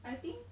I think